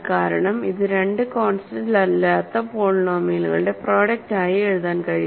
കാരണം ഇത് രണ്ട് കോൺസ്റ്റന്റ് അല്ലാത്ത പോളിനോമിയലുകളുടെ പ്രോഡക്ട് ആയി എഴുതാൻ കഴിയില്ല